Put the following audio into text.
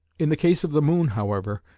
in the case of the moon, however,